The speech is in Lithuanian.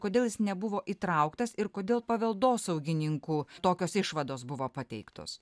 kodėl jis nebuvo įtrauktas ir kodėl paveldosaugininkų tokios išvados buvo pateiktos